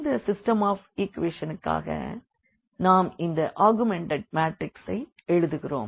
இந்த system of equation க்காக நாம் இந்த ஆகுமென்டட் மாட்ரிக்சை எழுதுகிறோம்